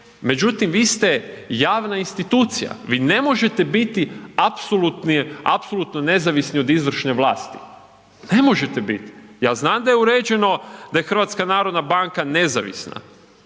međutim vi ste javna institucija, vi ne možete biti apsolutni, apsolutno nezavisni od izvršne vlasti, ne možete bit, ja znam da je uređeno da je HNB nezavisna,